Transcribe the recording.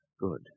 Good